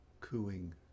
cooing